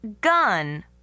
Gun